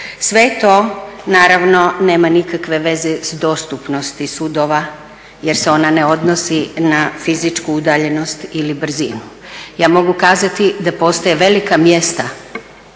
Sve to naravno nema nikakve veze s dostupnosti sudova jer se ona ne odnosi na fizičku udaljenost ili brzinu. Ja mogu kazati da postoje velika mjesta